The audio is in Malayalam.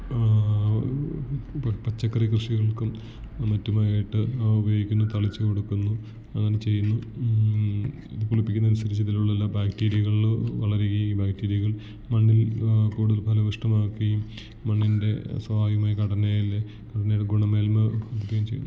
പച്ചക്കറി കൃഷികൾക്കും മറ്റുമായിട്ട് അവ ഉപയോഗിക്കുന്നു തളിച്ച് കൊടുക്കുന്നു അങ്ങനെ ചെയ്യുന്നു ഇത് പുളിപ്പിക്കുന്നതനുസരിച്ച് ഇതിലുള്ള എല്ലാ ബാക്റ്റീര്യകൾ വളര്കേം ബാക്റ്റീര്യകൾ മണ്ണിൽ കൂടുതൽ ഫലഭൂഷ്ടമാക്ക്യേം മണ്ണിൻ്റെ സ്വായവികമായ ഘടനയിൽ ഘടനയിൽ ഗുണമേന്മ വെക്കുകയും ചെയ്യുന്നു